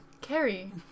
Carrie